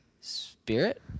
Spirit